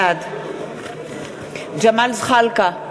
בעד ג'מאל זחאלקה,